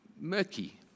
murky